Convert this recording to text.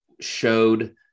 showed